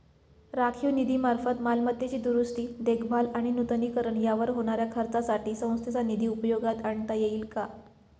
राखीव निधीमार्फत मालमत्तेची दुरुस्ती, देखभाल आणि नूतनीकरण यावर होणाऱ्या खर्चासाठी संस्थेचा निधी उपयोगात आणता येईल का?